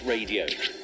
Radio